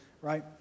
right